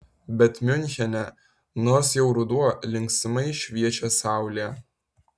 bet miunchene nors jau ruduo linksmai šviečia saulė